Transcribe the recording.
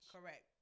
Correct